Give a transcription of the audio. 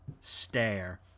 stare